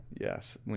Yes